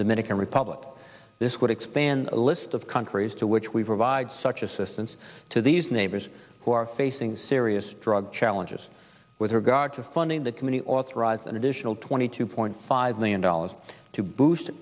dominican republic this would expand the list of countries to which we provide such assistance to these neighbors who are facing serious drug challenges with regard to funding the committee authorized an additional twenty two point five million dollars to boost